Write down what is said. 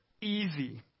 easy